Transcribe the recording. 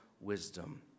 wisdom